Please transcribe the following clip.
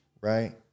right